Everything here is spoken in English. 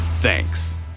Thanks